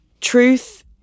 truth